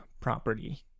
property